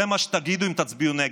זה מה שתגידו אם תצביעו נגד.